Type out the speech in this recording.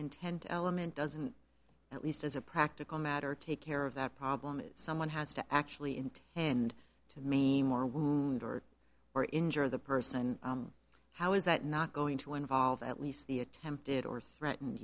intent element doesn't at least as a practical matter take care of that problem is someone has to actually intend to mean more wound or or injure the person how is that not going to involve at least the attempted or threatened